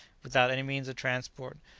without any means of transport,